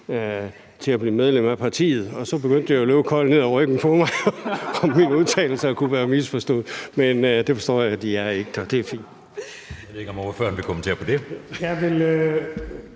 til at blive medlem af partiet. Og så begyndte det at løbe koldt ned ad ryggen på mig, altså om mine udtalelser kunne være misforstået. Men det forstår jeg de ikke er, og det er fint. Kl. 15:25 Anden næstformand (Jeppe Søe): Jeg ved